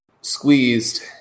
squeezed